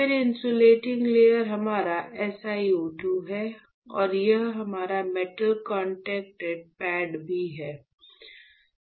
फिर insulating layer हमारा SI o 2 है और यह हमारा मेटल कॉन्टैक्ट पैड भी है